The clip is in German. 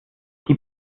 die